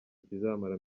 kizamara